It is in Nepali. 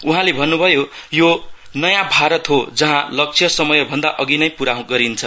उहाँले भन्नुभयो यो नयाँ भारत हो जहाँ लक्ष्य समय भन्दा अघि नै पूरा गरिन्छ